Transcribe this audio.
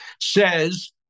says